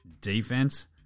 defense